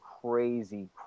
crazy